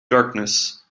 darkness